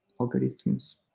algorithms